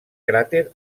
cràter